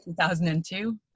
2002